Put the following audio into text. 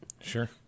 Sure